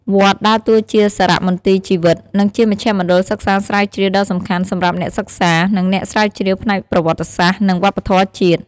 វត្តដើរតួជាសារមន្ទីរជីវិត និងជាមជ្ឈមណ្ឌលសិក្សាស្រាវជ្រាវដ៏សំខាន់សម្រាប់អ្នកសិក្សា និងអ្នកស្រាវជ្រាវផ្នែកប្រវត្តិសាស្ត្រ និងវប្បធម៌ជាតិ។